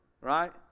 right